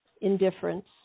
Indifference